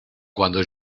cuando